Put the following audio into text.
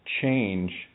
change